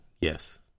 yes